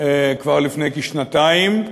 בחלק ב' של דיוניה כבר לפני כשנתיים,